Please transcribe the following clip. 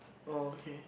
oh okay